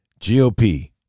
GOP